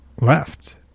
left